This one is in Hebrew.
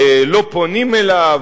לא פונים אליו,